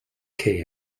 kay